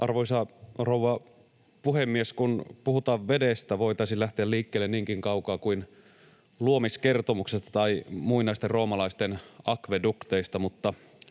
Arvoisa rouva puhemies! Kun puhutaan vedestä, voitaisiin lähteä liikkeelle niinkin kaukaa kuin luomiskertomuksesta tai muinaisten roomalaisten akvedukteista.